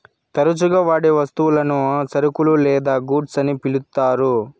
తరచుగా వాడే వస్తువులను సరుకులు లేదా గూడ్స్ అని పిలుత్తారు